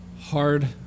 hard